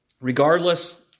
Regardless